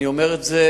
אני אומר את זה